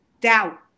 doubt